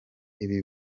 ibi